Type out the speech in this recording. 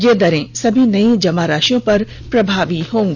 ये दरें सभी नई जमा राशियों पर प्रभावी होंगी